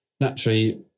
naturally